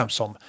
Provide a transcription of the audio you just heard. som